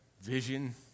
vision